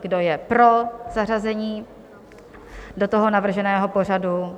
Kdo je pro zařazení do navrženého pořadu?